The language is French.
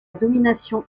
domination